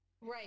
Right